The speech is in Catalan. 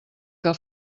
que